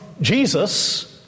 Jesus